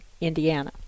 indiana